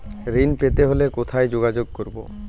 ঋণ পেতে হলে কোথায় যোগাযোগ করব?